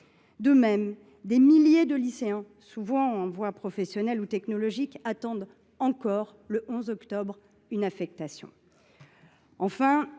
De même, des milliers de lycéens, souvent en voie professionnelle ou technologique, attendent encore, le 11 octobre, qu’un